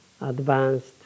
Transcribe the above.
advanced